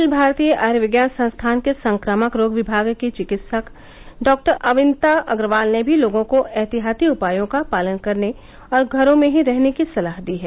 अखिल भारतीय आयुर्विज्ञान संस्थान के संक्रामक रोग विभाग की चिकित्सक डॉ अन्विता अग्रवाल ने भी लोगों को एहतियाती उपायों का पालन करने और घरों में ही रहने की सलाह दी है